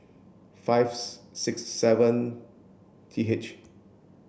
five six seven T H